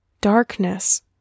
darkness